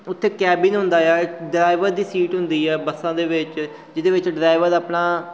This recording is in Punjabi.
ਉੱਥੇ ਕੈਬਿਨ ਹੁੰਦਾ ਆ ਡਰਾਈਵਰ ਦੀ ਸੀਟ ਹੁੰਦੀ ਆ ਬੱਸਾਂ ਦੇ ਵਿੱਚ ਜਿਹਦੇ ਵਿੱਚ ਡਰਾਈਵਰ ਆਪਣਾ